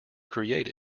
create